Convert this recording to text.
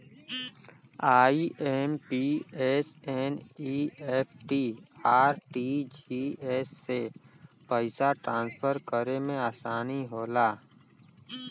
IMPS, NEFT, RTGS से पइसा transfer करे में आसानी होला